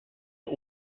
but